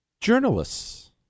Journalists